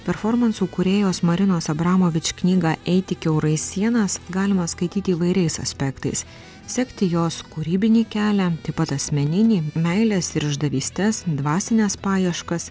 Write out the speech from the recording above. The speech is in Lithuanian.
performansų kūrėjos marinos abramovič knygą eiti kiaurai sienas galima skaityti įvairiais aspektais sekti jos kūrybinį kelią taip pat asmeninį meilės ir išdavystes dvasines paieškas